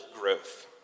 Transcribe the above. growth